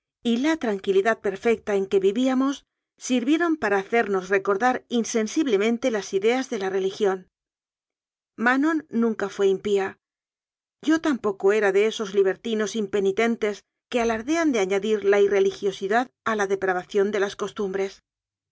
y la tran quilidad perfecta en que vivíamos sirvieron para hacernos recordar insensiblemente las ideas de ia religión manon nunca fué impía yo tampoco era de esos libertinos impenitentes que alardean de añadir la irreligiosidad a la depravación de las costumbres